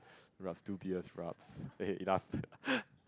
rough two gears rabz hey enough